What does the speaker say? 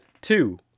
two